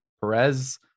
Perez